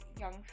young